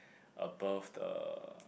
above the